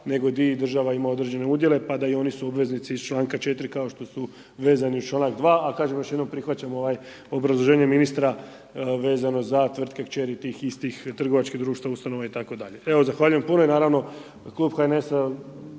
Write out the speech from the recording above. nego gdje i država ima određene udjele, pa da i oni su obveznici iz članka 4. kao što su vezani uz članka 2, a kažem još jednom prihvaćam ovaj obrazloženje ministra vezano za tvrtke kćeri tih istih trgovačkih društava, ustanova itd. Evo, zahvaljujem puno i naravno Klub HNS-a